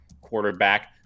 quarterback